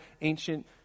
ancient